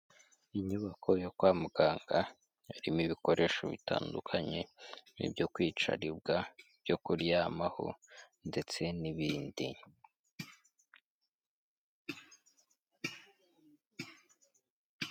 Inyubako yo kwa muganga harimo ibikoresho bitandukanye n'ibyo kwicaribwa, ibyo kuryamaho ndetse n'ibindi.